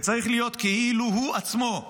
וצריך להיות כאילו הוא עצמו,